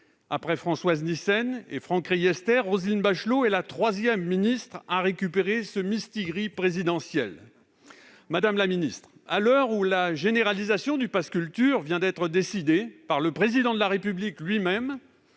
Après Françoise Nyssen et Franck Riester, Roselyne Bachelot est la troisième ministre à récupérer ce mistigri présidentiel. À l'heure où la généralisation du pass culture vient d'être décidée par le Président de la République lui-même,